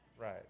right